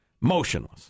Motionless